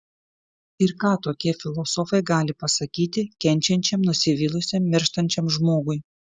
ir ką tokie filosofai gali pasakyti kenčiančiam nusivylusiam mirštančiam žmogui